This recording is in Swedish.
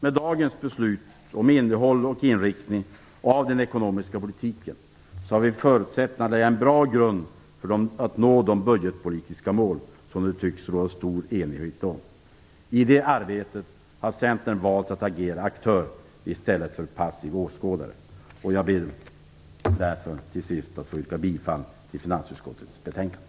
Med dagens beslut om innehåll och inriktning av den ekonomiska politiken har vi förutsättningar för att lägga en bra grund för att nå de budgetpolitiska mål som det nu tycks råda stor enighet om. I det arbetet har Centern valt att agera aktör i stället för att vara passiv åskådare. Därför ber jag till sist att få yrka bifall till hemställan i finansutskottets betänkande.